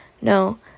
No